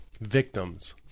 victims